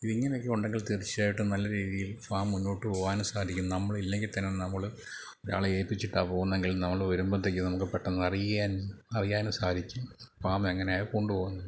ഇതിങ്ങനെയൊക്കെ ഉണ്ടെങ്കില് തീർച്ചയായിട്ടും നല്ല രീതിയിൽ മുന്നോട്ടു പോവാനും സാധിക്കും നമ്മൾ ഇല്ലെങ്കില് തന്നെ നമ്മള് ഒരാളെ ഏല്പ്പിച്ചിട്ടാണ് പോകുന്നതെങ്കില് നമ്മൾ വരുമ്പോഴത്തേക്കും നമുക്ക് പെട്ടെന്ന് അറിയാൻ അറിയാനും സാധിക്കും ഫാം എങ്ങനെയാണ് കൊണ്ടു പോവുന്നെന്ന്